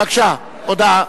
בבקשה, הודעה.